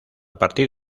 partir